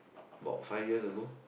bought five years ago